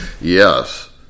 yes